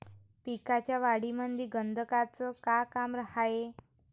पिकाच्या वाढीमंदी गंधकाचं का काम हाये?